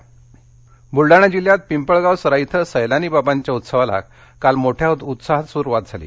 बलढाणा ब्लडाणा जिल्ह्यात पिंपळगाव सराई इथं सैलानी बाबांच्या उत्सवाला काल मोठ्या उत्साहात सुरूवात झाली